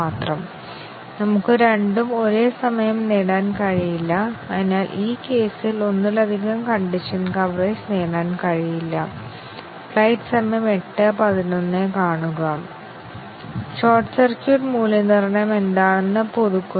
ഇപ്പോൾ നമുക്ക് a 70 ഉം b 50 ഉം a 30 b 20 ഉം ആണെങ്കിൽ അത് ബേസിക് കണ്ടീഷൻ കവറേജ് നേടുന്നു കാരണം ആദ്യത്തേതിൽ ശരിയാണെന്നും ഇത് തെറ്റാണ് എന്നും രണ്ടാമത്തേതിൽ ഇത് തെറ്റാണ് ഇത് ശരിയാണ്